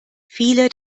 viele